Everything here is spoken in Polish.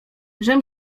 żem